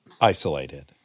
Isolated